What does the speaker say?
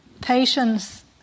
patience